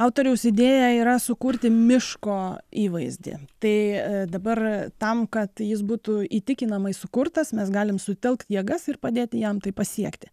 autoriaus idėja yra sukurti miško įvaizdį tai dabar tam kad jis būtų įtikinamai sukurtas mes galim sutelkt jėgas ir padėti jam tai pasiekti